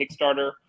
Kickstarter